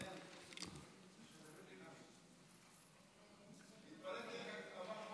אם אני מוציא את כל ההקלטות של מה שנאמר,